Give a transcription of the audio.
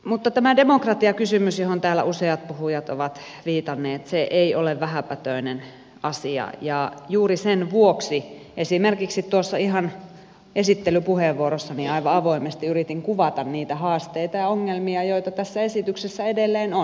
mutta tämä demokratiakysymys johon täällä useat puhujat ovat viitanneet ei ole vähäpätöinen asia ja juuri sen vuoksi esimerkiksi tuossa ihan esittelypuheenvuorossani aivan avoimesti yritin kuvata niitä haasteita ja ongelmia joita tässä esityksessä edelleen on